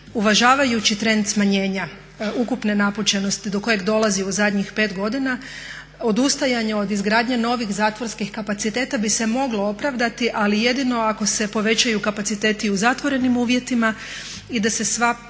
Uvažavajući trend smanjenja ukupne napučenosti do kojeg dolazi u zadnjih pet godina, odustajanje od izgradnje novih zatvorskih kapaciteta bi se moglo opravdati, ali jedino ako se povećaju kapaciteti u zatvorenim uvjetima i da se sva